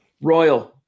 Royal